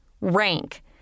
rank